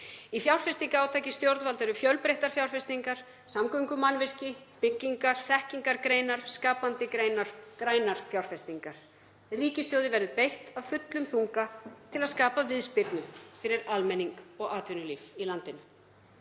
Í fjárfestingarátaki stjórnvalda eru fjölbreyttar fjárfestingar; samgöngumannvirki, byggingar, þekkingargreinar, skapandi greinar og grænar fjárfestingar. Ríkissjóði verður beitt af fullum þunga til að skapa viðspyrnu fyrir almenning og atvinnulíf í landinu.